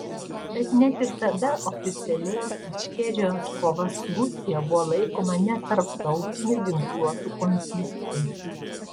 bet net ir tada oficialiai ičkerijos kova su rusija buvo laikoma netarptautiniu ginkluotu konfliktu